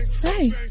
Hey